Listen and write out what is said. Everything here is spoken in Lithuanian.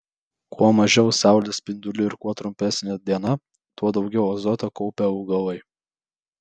kuo mažiau saulės spindulių ir kuo trumpesnė diena tuo daugiau azoto kaupia augalai